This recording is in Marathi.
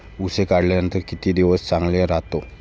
ऊस काढल्यानंतर किती दिवस चांगला राहतो?